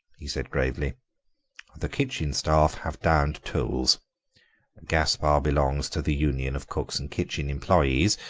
he said gravely the kitchen staff have downed tools gaspare belongs to the union of cooks and kitchen employees,